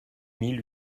mille